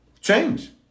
Change